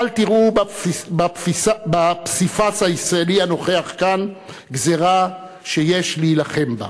אל תראו בפסיפס הישראלי הנוכח כאן גזירה שיש להילחם בה.